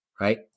right